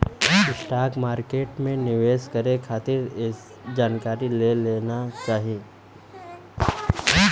stock market में निवेश करे खातिर जानकारी ले लेना चाही